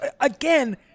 again